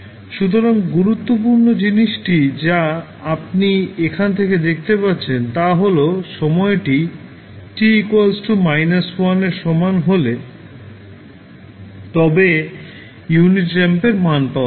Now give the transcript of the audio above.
সুতরাং গুরুত্বপূর্ণ জিনিসটি যা আপনি এখান থেকে দেখতে পাচ্ছেন তা হল সময়টি t 1 এর সমান হলে তবে ইউনিট র্যাম্পের মান পাওয়া যায়